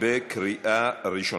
בקריאה ראשונה.